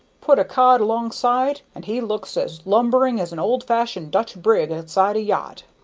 put a cod alongside, and he looks as lumbering as an old-fashioned dutch brig aside a yacht.